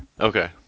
Okay